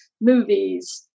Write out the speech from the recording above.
movies